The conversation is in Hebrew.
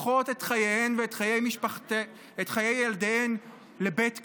הופכות את חייהן ואת חיי ילדיהן לבית כלא.